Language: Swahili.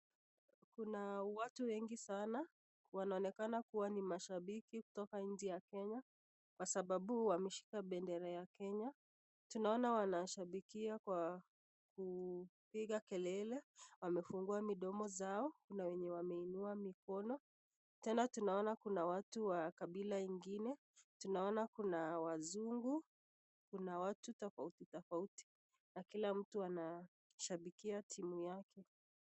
Kuna watu wengi sana, wanaonekana kuwa ni mashabiki kutoka nchi ya Kenya kwa sababu wameshika bendera ya Kenya. tunaona wanawashabikia kwa kupiga kelele ,wamefungua midomo zao, kuna wenye wameinua mikono ,tena tunaona kuna watu wa kabila ingine, tunaona Kuna wazungu ,kuna watu tofauti tofauti na kila mtu anashabikia timu yake.